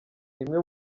imwe